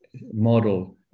model